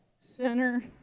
center